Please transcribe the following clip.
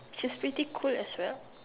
which is pretty cool as well